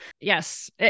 Yes